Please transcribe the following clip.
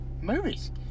movies